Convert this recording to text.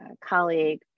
colleague